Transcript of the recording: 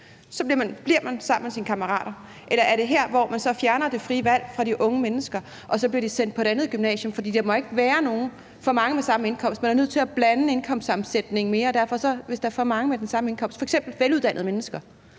bliver man sammen med sine kammerater. Eller er det her, hvor man så fjerner det frie valg fra de unge mennesker, og så bliver de sendt på et andet gymnasium, fordi der ikke må være for mange med forældre med samme indkomst og man er nødt til at blande indkomstsammensætningen mere? Så hvis der er for mange med den samme indkomst – f.eks. veluddannede mennesker